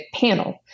panel